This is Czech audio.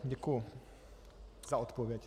Děkuji za odpověď.